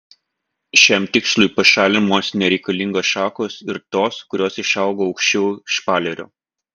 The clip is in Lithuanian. šiam tikslui pašalinamos nereikalingos šakos ir tos kurios išaugo aukščiau špalerio